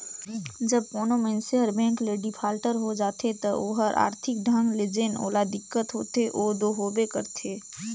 जब कोनो मइनसे हर बेंक ले डिफाल्टर होए जाथे ता ओहर आरथिक ढंग ले जेन ओला दिक्कत होथे ओ दो होबे करथे